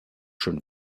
schon